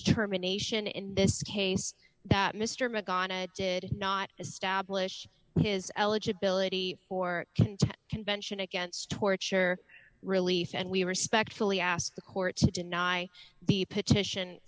determination in this case that mr mcgowan it did not establish his eligibility or convention against torture relief and we respectfully ask the court to deny the petition